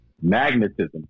Magnetism